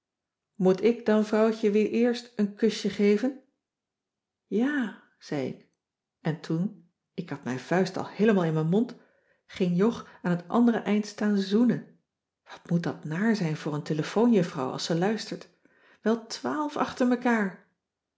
moet ik dan vrouwtje weer eerst een kusje geven cissy van marxveldt de h b s tijd van joop ter heul jaa zei ik en toen ik had mijn vuist al heelemaal in mijn mond ging jog aan t andere eind staan zoenen wat moet dat naar zijn voor een telefoon juffrouw als ze luistert wel twaalf achter mekaar